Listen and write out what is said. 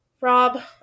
Rob